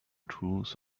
truth